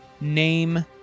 name